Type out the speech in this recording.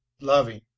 loving